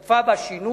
השתתף בה שינוי,